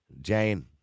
Jane